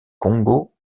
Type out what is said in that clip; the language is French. congo